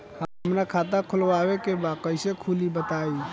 हमरा खाता खोलवावे के बा कइसे खुली बताईं?